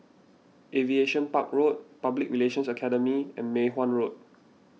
Aviation Park Road Public Relations Academy and Mei Hwan Road